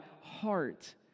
heart